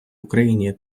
україні